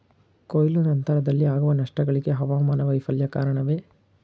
ಕೊಯ್ಲು ನಂತರದಲ್ಲಿ ಆಗುವ ನಷ್ಟಗಳಿಗೆ ಹವಾಮಾನ ವೈಫಲ್ಯ ಕಾರಣವೇ?